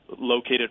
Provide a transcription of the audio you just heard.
located